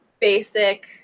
basic